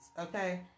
Okay